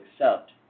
accept